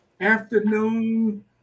afternoon